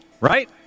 Right